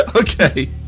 Okay